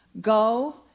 go